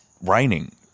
raining